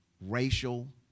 racial